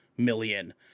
million